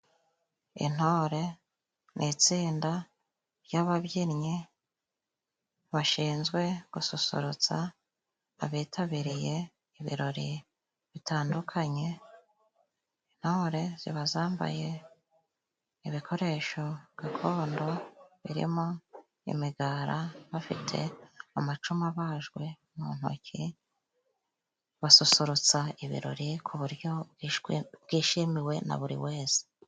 Intore ni itsinda ry'ababyinnyi bashinzwe gususurutsa abitabiriye ibirori bitandukanye, intore ziba zambaye ibikoresho gakondo birimo imigara, bafite amacumu abajwe mu ntoki, basusurutsa ibirori ku buryo bwishwe bwishimiwe na buri wese.